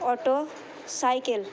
auto cycle